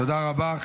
תודה רבה.